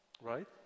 right